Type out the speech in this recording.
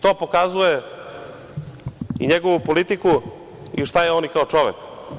To pokazuje i njegovu politiku i šta je on i kao čovek.